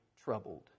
troubled